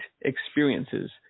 experiences